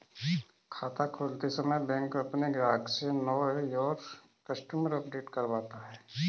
खाता खोलते समय बैंक अपने ग्राहक से नो योर कस्टमर अपडेट करवाता है